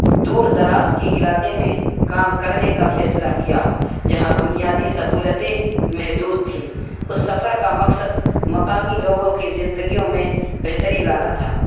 دور دراز کے علاقے میں کام کرنے کا فیصلہ کیا جہاں بنیادی سہولتیں محدود تھیں اس سفر کا مقصد مقامی لوگوں کی زندگیوں میں بہتری لانا تھا